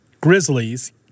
Grizzlies